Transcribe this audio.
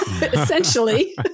essentially